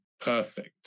perfect